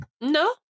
No